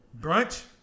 brunch